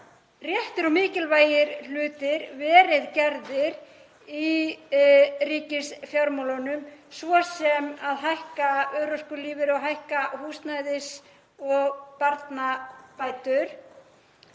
réttir og mikilvægir hlutir verið gerðir í ríkisfjármálunum, svo sem að hækka örorkulífeyri og hækka húsnæðis- og barnabætur.